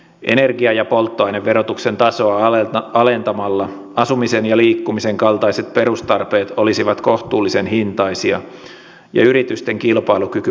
energia ja polttoaineverotuksen tasoa alentamalla asumisen ja liikkumisen kaltaiset perustarpeet olisivat kohtuullisen hintaisia ja yritysten kilpailukyky paranisi